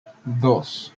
dos